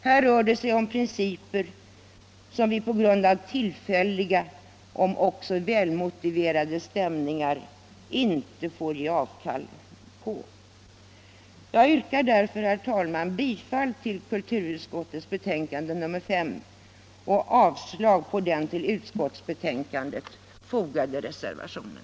Det rör sig här om principer som vi på grund av tillfälliga, om också välmotiverade, stämningar inte får ge avkall på. Jag yrkar därför, herr talman, bifall till kulturutskottets hemställan i betänkandet nr 5 och avslag på den till utskottsbetänkandet fogade reservationen.